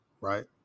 right